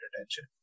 attention